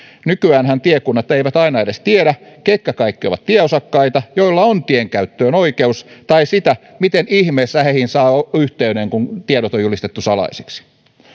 nykyäänhän tiekunnat eivät aina edes tiedä ketkä kaikki ovat tieosakkaita joilla on oikeus tienkäyttöön tai sitä miten ihmeessä heihin saa yhteyden kun tiedot on julistettu salaisiksi